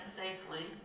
safely